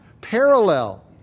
parallel